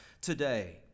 today